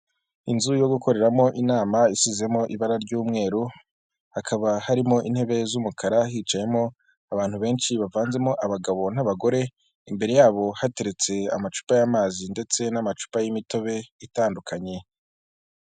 Inzu yo gukoreramo inama isizemo ibara ry'umweru, hakaba harimo intebe z'umukara, hicayemo abantu benshi bavanzemo abagabo n'abagore, imbere yabo hateretse amacupa y'amazi ndetse n'amacupa y'imitobe itandukanye.